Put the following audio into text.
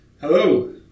Hello